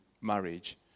marriage